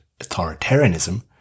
authoritarianism